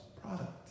product